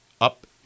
up